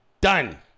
Done